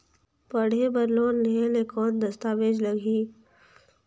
पढ़े बर लोन लहे ले कौन दस्तावेज लगही?